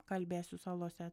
kalbėsiu salose